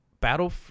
battle